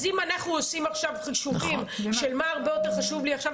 אז אם אנחנו עושים עכשיו חישובים של מה הרבה יותר חשוב לי עכשיו,